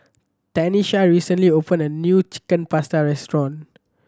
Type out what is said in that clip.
Tanisha recently opened a new Chicken Pasta restaurant